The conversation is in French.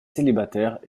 célibataires